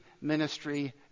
ministry